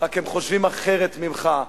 רק הם חושבים אחרת ממך.